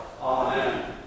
Amen